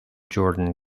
jordan